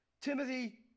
Timothy